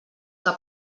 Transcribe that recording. que